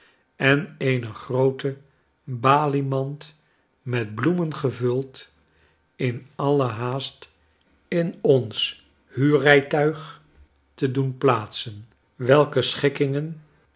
en eene groote baliemand met bloemen gevuld in alle haast in ons huurrijtuig te doen plaatsen welke schikkingen